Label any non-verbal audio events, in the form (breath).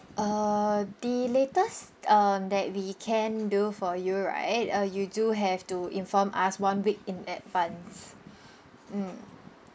uh the latest um that we can do for you right uh you do have to inform us one week in advance (breath) mm